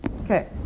Okay